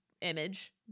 image